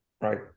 right